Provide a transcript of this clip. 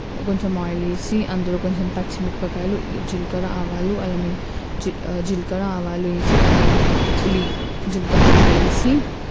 కొంచెం ఆయిల్ వేసి అందులో కొంచం పచ్చిమిరపకాయలు జీలకర్ర ఆవాలు అలాగే జీ జీలకర్ర ఆవాలు వేసి అల్లం వెల్లుల్లి జీలకర్ర ఆవాలు వేసి